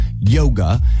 yoga